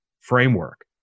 framework